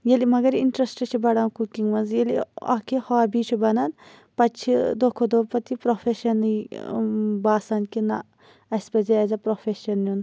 ییٚلہِ مَگَر اِنٹرسٹ چھِ بَڑان کُکِنٛگ مَنٛز ییٚلہِ اکھ یہِ ہابی چھِ بَنان پَتہٕ چھِ دوہ کھۄتہٕ دوہ پَتہٕ یہِ پروفیشَنٕے باسان کہِ نہَ اَسہِ پَزِ ایز اےٚ پروفیشَن نیُن